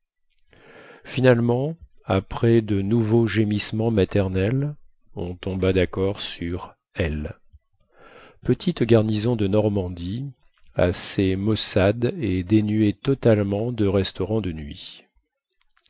finalement après de nouveaux gémissements maternels on tomba daccord sur l petite garnison de normandie assez maussade et dénuée totalement de restaurants de nuit